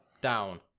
down